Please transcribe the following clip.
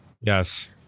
yes